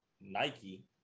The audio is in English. Nike